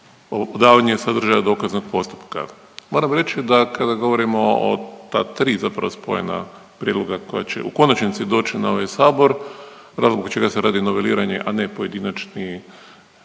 davanja sadržaja dokaznog postupka. Moram reći da kada govorimo o ta tri zapravo spojena prijedloga koja će u konačnici doći na ovaj sabor razlog zbog čega se radi noveliranje, a ne pojedinačni